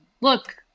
look